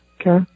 Okay